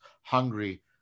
hungry